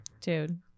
Dude